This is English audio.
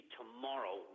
tomorrow